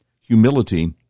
humility